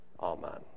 Amen